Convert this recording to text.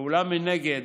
אולם מנגד,